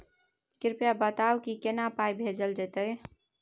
कृपया बताऊ की केना पाई भेजल जेतै?